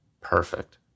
Perfect